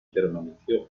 permaneció